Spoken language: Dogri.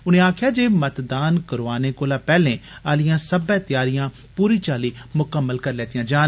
उनें आक्खेआ जे मतदान करोआने कोला पैहले आलियां सब्बै तयारियां पूरी चाल्ली मुकम्मल करी लैतियां जान